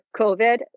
COVID